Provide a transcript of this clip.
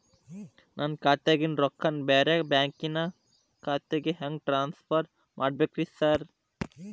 ನನ್ನ ಖಾತ್ಯಾಗಿನ ರೊಕ್ಕಾನ ಬ್ಯಾರೆ ಬ್ಯಾಂಕಿನ ಖಾತೆಗೆ ಹೆಂಗ್ ಟ್ರಾನ್ಸ್ ಪರ್ ಮಾಡ್ಬೇಕ್ರಿ ಸಾರ್?